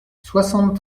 soixante